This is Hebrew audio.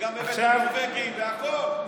גם הבאתם נורבגים והכול,